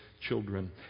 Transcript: children